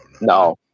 No